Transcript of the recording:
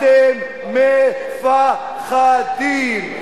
אתם מ-פ-ח-דים.